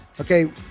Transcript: okay